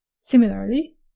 Similarly